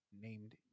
named